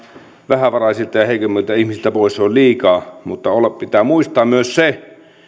vähävaraisilta ja heikommilta ihmisiltä pois on liikaa mutta pitää muistaa myös se